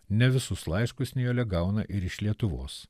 ne visus laiškus nijolė gauna ir iš lietuvos